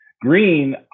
green